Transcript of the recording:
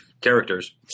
characters